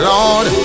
Lord